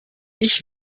ich